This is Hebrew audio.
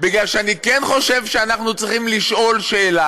בגלל שאני כן חושב שאנחנו צריכים לשאול שאלה.